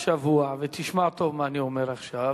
אמרתי לפני שבוע, ותשמע טוב מה אני אומר עכשיו,